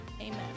Amen